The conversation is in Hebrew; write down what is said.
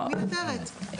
היא מיותרת.